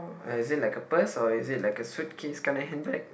ah is it like a purse or is it like a suitcase kind of handbag